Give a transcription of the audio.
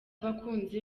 abakunzi